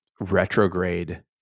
retrograde